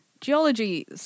Geology